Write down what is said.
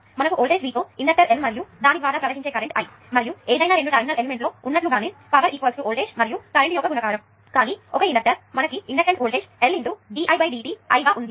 మనకు voltage V తో inductor L మరియు దాని ద్వారా ప్రవహించే కరెంట్ I మరియు ఏదైనా రెండు టెర్మినల్ ఎలిమెంట్ లో ఉన్నట్లుగానే పవర్ వోల్టేజ్ మరియు కరెంట్ యొక్క గుణకారం కానీ ఒక ఇండక్టర్ మనకు ఇండక్టెన్స్ వోల్టేజ్ LdIdt I గా ఉంది